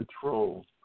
control